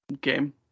game